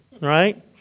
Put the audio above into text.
right